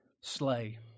Slay